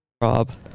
Rob